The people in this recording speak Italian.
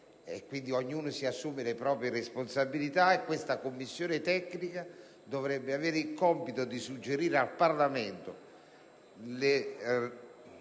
pertanto ognuno si assume le proprie responsabilità - e questa Commissione tecnica dovrebbe avere il compito di suggerire al Parlamento le attività